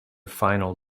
final